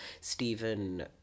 Stephen